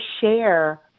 share